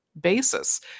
basis